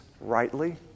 rightly